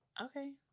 Okay